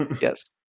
Yes